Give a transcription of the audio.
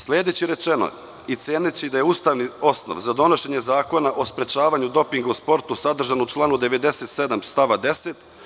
Sledeći rečeno i ceneći da je ustavni osnov za donošenje zakona o sprečavaju dopinga u sportu sadržan u članu 97. stava 10.